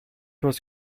was